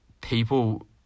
people –